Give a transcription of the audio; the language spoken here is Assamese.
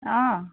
অঁ